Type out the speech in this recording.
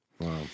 Wow